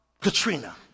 Katrina